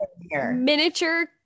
miniature